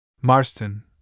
Marston